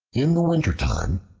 in the wintertime,